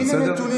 בסדר?